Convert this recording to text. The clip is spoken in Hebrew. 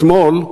אתמול,